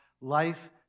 life